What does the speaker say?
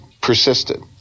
persisted